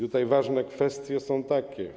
Tutaj ważne kwestie są takie.